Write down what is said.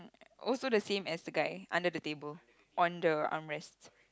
also the same as the guy under the table on the arm rest